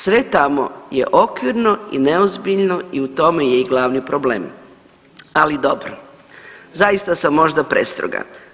Sve tamo je okvirno i neozbiljno i u tome je i glavni problem, ali dobro zaista sam možda prestroga.